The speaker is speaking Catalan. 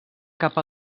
cap